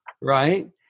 Right